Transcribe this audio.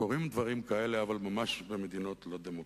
קורים דברים כאלה, אבל ממש במדינות לא דמוקרטיות.